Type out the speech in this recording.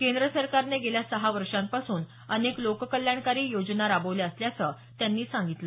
केंद्र सरकारने गेल्या सहा वर्षापासून अनेक लोककल्याणकारी अनेक योजना राबवल्या असल्याचं त्यांनी सांगितलं